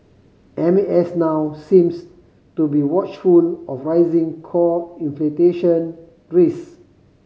M A S now seems to be watchful of rising core risk